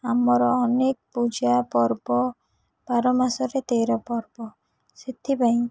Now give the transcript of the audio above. ଆମର ଅନେକ ପୂଜା ପର୍ବ ବାର ମାସରେ ତେର ପର୍ବ ସେଥିପାଇଁ